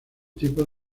tipos